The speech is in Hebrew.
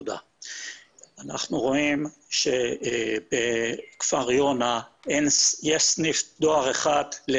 רואים את התמונה הקשה הזאת כי לא